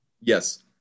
Yes